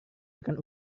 akan